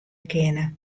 kinne